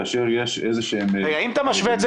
כאשר יש --- אם אתה משווה את זה